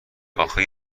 آخه